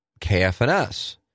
KFNS